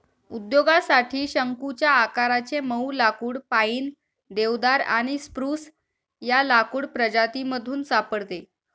उद्योगासाठी शंकुच्या आकाराचे मऊ लाकुड पाईन, देवदार आणि स्प्रूस या लाकूड प्रजातीमधून सापडते